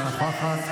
אינה נוכחת,